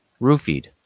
roofied